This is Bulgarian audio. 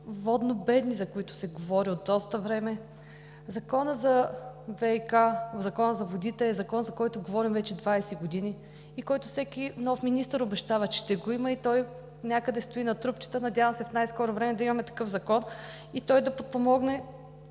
водно бедни, за които се говори от доста време. Законът за ВиК, за водите е закон, за който говорим вече 20 години и който всеки нов министър обещава, че ще го има, и той някъде стои на трупчета. Надявам се в най-скоро време да имаме такъв закон и той да подпомогне